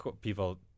people